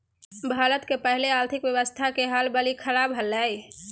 भारत के पहले आर्थिक व्यवस्था के हाल बरी ख़राब हले